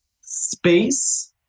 space